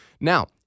Now